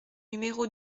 numéro